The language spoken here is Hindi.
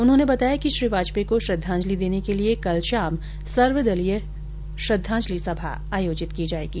उन्होंने बताया कि श्री वाजपेयी को श्रद्धांजलि देने के लिए कल शाम सर्वदलीय श्रद्धांजलि सभा आयोजित की जायेगी